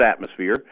atmosphere